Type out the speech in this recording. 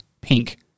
pink